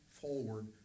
forward